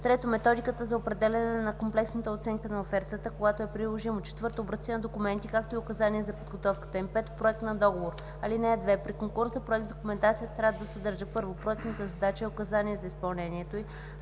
3. методиката за определяне на комплексната оценка на офертата, когато е приложимо; 4. образци на документи, както и указание за подготовката им; 5. проект на договор. (2) При конкурса за проект документацията трябва да съдържа: 1. проектната задача и указания за изпълнението